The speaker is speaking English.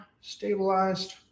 stabilized